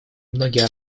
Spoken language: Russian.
многие